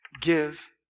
give